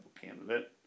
candidate